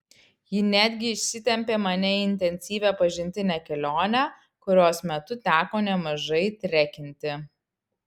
ji netgi išsitempė mane į intensyvią pažintinę kelionę kurios metu teko nemažai trekinti